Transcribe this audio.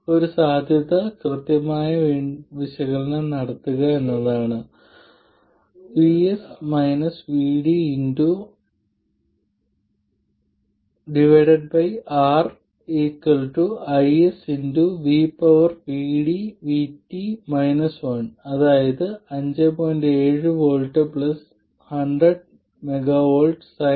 അത് ഒരു കറന്റിൽ പക്ഷപാതം ആണെന്നോ ഓപ്പറേറ്റിംഗ് പോയിന്റ് കറന്റ് 1mA ആണെന്നോ പറയാം